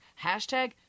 Hashtag